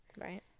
right